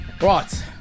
Right